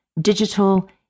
digital